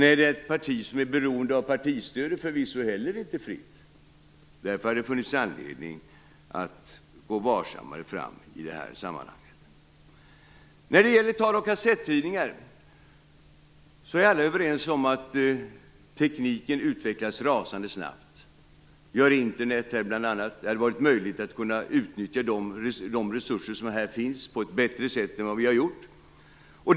Nej, det parti som är beroende av partistödet är förvisso heller inte fritt. Därför hade det funnits anledning att gå varsammare fram i det här sammanhanget. När det gäller tal och kassettidningar är alla överens om att tekniken utvecklas rasande snabbt. Det hade varit möjligt att utnyttja de resurser som här finns på ett bättre sätt än vi har gjort.